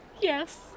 Yes